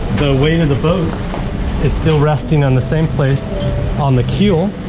the weight of the boat is still resting on the same place on the keel.